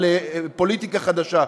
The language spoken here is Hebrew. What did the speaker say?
על פוליטיקה חדשה.